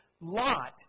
Lot